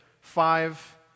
five